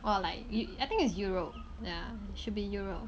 or like I think is europe yeah should be europe